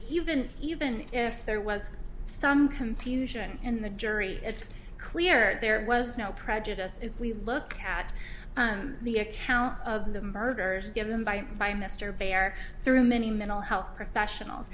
been even if there was some confusion in the jury it's clear that there was no prejudice if we look at the account of the murders given by mr bayard through many mental health professionals